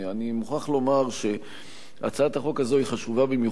אני מוכרח לומר שהצעת החוק הזאת היא חשובה במיוחד,